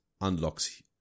unlocks